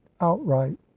outright